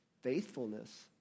Faithfulness